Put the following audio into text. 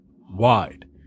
wide